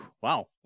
wow